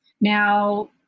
Now